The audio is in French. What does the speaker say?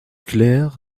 clair